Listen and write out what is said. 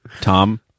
tom